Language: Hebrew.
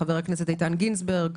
חברי הכנסת איתן גינזבורג,